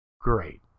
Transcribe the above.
Great